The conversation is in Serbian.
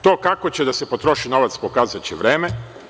To kako će da se potroši novac, pokazaće vreme.